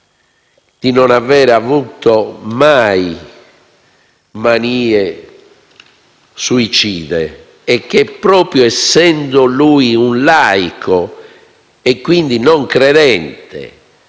di non aver avuto mai manie suicide e che, proprio essendo lui un laico e quindi non credente,